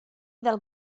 del